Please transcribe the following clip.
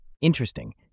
Interesting